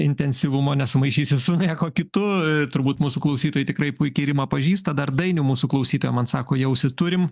intensyvumo nesumaišysi su niekuo kitu turbūt mūsų klausytojai tikrai puikiai rimą pažįsta dar dainių mūsų klausytoją man sako į ausį turim